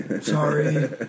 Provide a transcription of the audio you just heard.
sorry